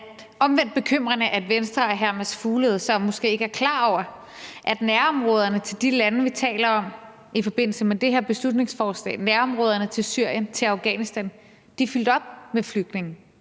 det er omvendt bekymrende, at Venstre og hr. Mads Fuglede så måske ikke er klar over, at nærområderne til de lande, vi taler om i forbindelse med det her beslutningsforslag – nærområderne til Syrien, til Afghanistan – er fyldt op med flygtninge.